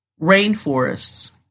rainforests